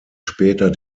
später